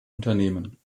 unternehmen